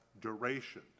duration